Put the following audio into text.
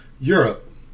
Europe